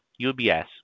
UBS